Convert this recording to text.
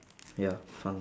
ya fun